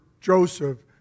Joseph